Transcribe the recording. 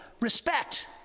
respect